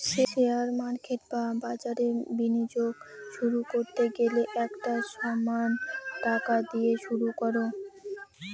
share market বা বাজারে বিনিয়োগ শুরু করতে গেলে একটা সামান্য টাকা দিয়ে শুরু করো